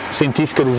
científica